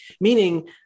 Meaning